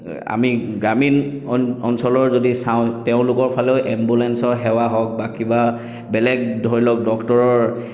আমি গ্ৰামীণ অন অঞ্চলৰ যদি চাওঁ তেওঁলোকৰ ফালেও এম্বুলেঞ্চৰ সেৱা হওক বা কিবা বেলেগ ধৰি লওক ডক্টৰ